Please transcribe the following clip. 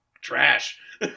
trash